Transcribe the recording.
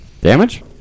Damage